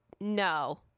No